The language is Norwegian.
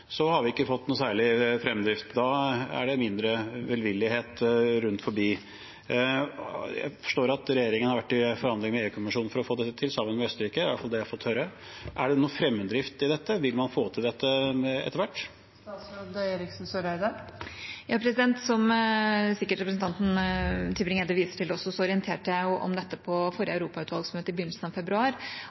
har vi ikke fått noe særlig fremdrift. Da er det mindre velvillighet. Jeg forstår at regjeringen har vært i forhandlinger med EU-kommisjonen for å få dette til, sammen med Østerrike. Det er i hvert fall det jeg har fått høre. Er det noe fremdrift i dette? Vil man få til dette etter hvert? Som representanten Tybring-Gjedde sikkert også viser til, orienterte jeg om dette på forrige europautvalgsmøte, i begynnelsen av februar,